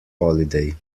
holiday